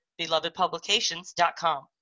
BelovedPublications.com